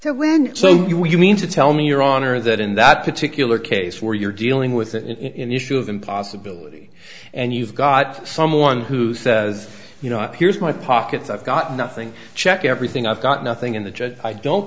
win so you mean to tell me your honor that in that particular case where you're dealing with the issue of impossibility and you've got someone who says you know here's my pockets i've got nothing check everything i've got nothing in the judge i don't